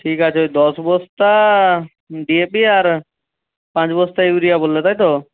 ঠিক আছে দশ বস্তা ডি এ পি আর পাঁচ বস্তা ইউরিয়া বললে তাই তো